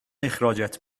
اخراجت